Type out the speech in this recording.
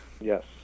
Yes